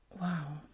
Wow